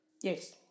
Yes